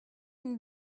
une